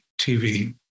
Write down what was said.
TV